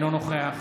אינו נוכח